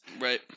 Right